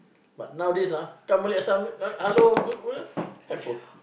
but nowadays ah come only assign hello good handphone